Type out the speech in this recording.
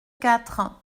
quatre